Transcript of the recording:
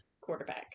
quarterback